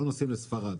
לא נוסעים לספרד.